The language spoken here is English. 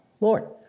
Lord